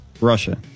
Russia